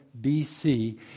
BC